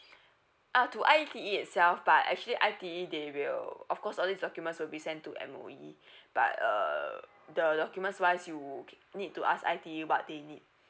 uh to I_T_E itself but actually I_T_E they will of course only documents will be sent to M_O_E but uh the documents wise you need to ask I_T_E what they need